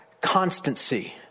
constancy